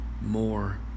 more